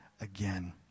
again